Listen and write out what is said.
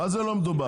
מה זה לא דובר?